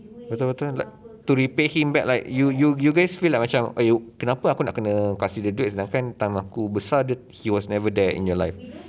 betul betul to repay him back like you you you guys feel like macam !aiyo! kenapa aku nak kena kasih dia duit sedangkan time aku besar dia he was never there in your life